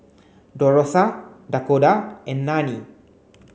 Dorotha Dakoda and Nanie